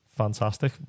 fantastic